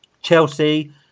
Chelsea